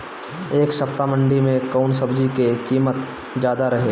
एह सप्ताह मंडी में कउन सब्जी के कीमत ज्यादा रहे?